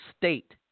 state